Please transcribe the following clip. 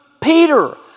Peter